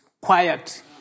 Quiet